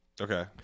Okay